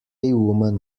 woman